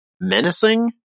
menacing